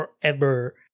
forever